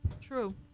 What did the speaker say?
True